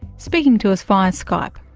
speaking to us via skype.